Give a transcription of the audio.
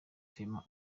female